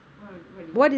what would it what did